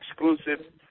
exclusive